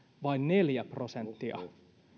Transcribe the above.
vain neljä prosenttia